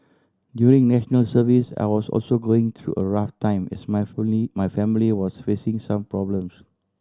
during National Service I was also going through a rough time as my my family was facing some problems